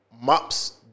Mops